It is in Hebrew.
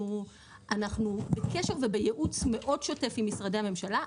אנחנו בקשר ובייעוץ מאוד שוטף עם משרדי הממשלה.